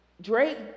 Drake